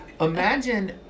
imagine